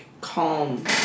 calm